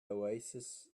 oasis